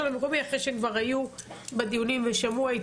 המקומי אחרי שהם כבר היו בדיונים ושמעו.